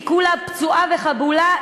היא כולה פצועה וחבולה,